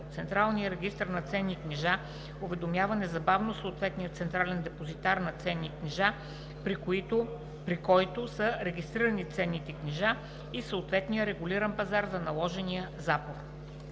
Централният регистър на ценни книжа уведомява незабавно съответния централен депозитар на ценни книжа, при който са регистрирани ценните книжа, и съответния регулиран пазар за наложения запор.“